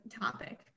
topic